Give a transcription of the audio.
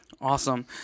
awesome